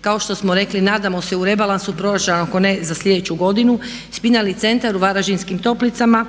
kao što smo rekli, nadamo se u rebalansu proračuna, ako ne za sljedeću godinu, Spinalni centar u Varaždinskim toplicama